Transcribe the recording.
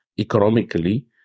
economically